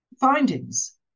findings